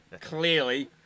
Clearly